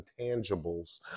intangibles